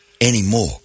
Anymore